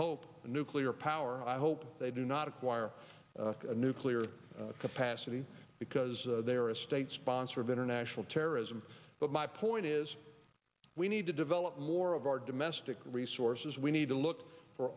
hope a nuclear power i hope they do not acquire a nuclear capacity because they're a state sponsor of international terrorism but my point is we need to develop more of our domestic resources we need to look for